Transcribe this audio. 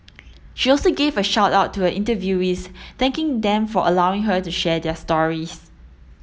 she also gave a shout out to her interviewees thanking them for allowing her to share their stories